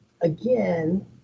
again